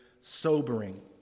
sobering